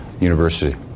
university